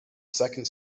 second